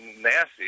nasty